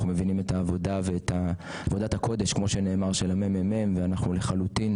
אנחנו מבינים את עבודת הקודש של המ.מ.מ ואנחנו לחלוטין